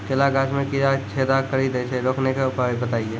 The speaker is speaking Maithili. केला गाछ मे कीड़ा छेदा कड़ी दे छ रोकने के उपाय बताइए?